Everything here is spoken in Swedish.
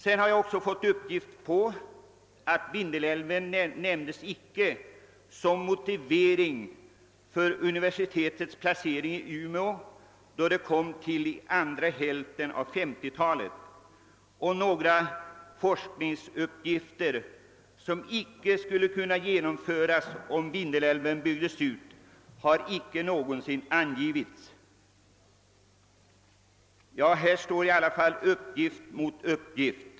Jag har också fått upplysning om att Vindelälven inte nämndes som motivering för universitetets placering i Umeå under andra hälften av 1950-talet, och några forskningsuppgifter som inte skulle kunna genomföras om Vindelälven byggdes ut har inte angivits. Här står uppgift mot uppgift.